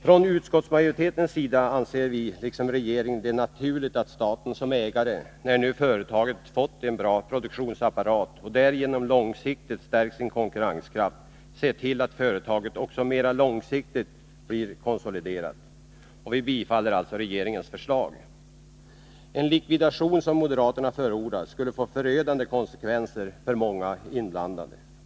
Från utskottsmajoritetens sida anser vi liksom regeringen det naturligt att staten som ägare, när nu företaget fått en bra produktionsapparat och därigenom långsiktigt stärkt sin konkurrenskraft, ser till att företaget också mera långsiktigt blir konsoliderat. Vi vill alltså bifalla regeringens förslag. En likvidation, som moderaterna förordar, skulle få förödande konsekvenser för många inblandade.